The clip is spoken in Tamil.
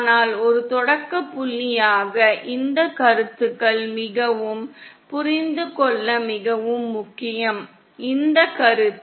ஆனால் ஒரு தொடக்க புள்ளியாக இந்த கருத்துக்கள் மிகவும் புரிந்து கொள்ள மிகவும் முக்கியம் இந்த கருத்து